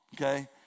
okay